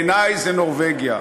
בעיני זו נורבגיה.